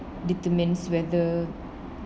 determines whether